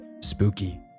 spooky